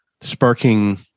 sparking